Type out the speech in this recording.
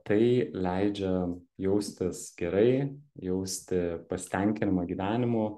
tai leidžia jaustis gerai jausti pasitenkinimą gyvenimu